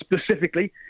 specifically